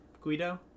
Guido